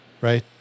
Right